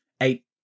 eight